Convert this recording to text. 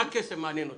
רק כסף מעניין אותם.